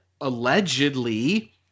allegedly